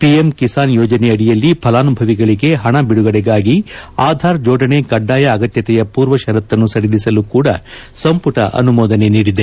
PM Kisan ಯೋಜನೆ ಅಡಿಯಲ್ಲಿ ಫಲಾನುಭವಿಗಳಿಗೆ ಹಣ ಬಿಡುಗಡೆಗಾಗಿ ಆಧಾರ್ ಜೋಡಣೆ ಕಡ್ಗಾಯ ಅಗತ್ಯತೆಯ ಪೂರ್ವ ಷರತ್ತನ್ನು ಸಡಿಲಿಸಲು ಕೂಡ ಸಂಪುಟ ಅನುಮೋದನೆ ನೀಡಿದೆ